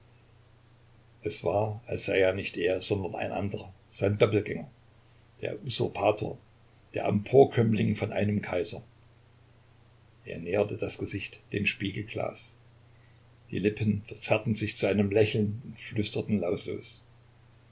es war als sei es nicht er sondern ein anderer sein doppelgänger der usurpator der emporkömmling von einem kaiser er näherte das gesicht dem spiegelglas die lippen verzerrten sich zu einem lächeln und flüsterten